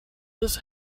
his